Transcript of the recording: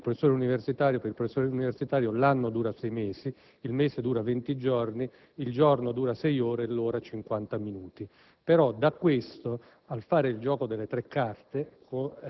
si dice che per il professore universitario l'anno dura sei mesi, il mese 20 giorni, il giorno sei ore e l'ora 50 minuti; però, da questo al fare il gioco delle tre carte